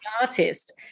artist